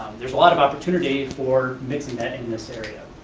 there's a lot of opportunity for mixing that in this area.